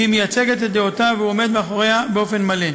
היא מייצגת את דעותיו והוא עומד מאחוריה באופן מלא.